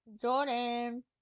Jordan